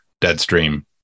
Deadstream